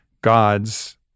God's